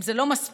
אם זה לא מספיק,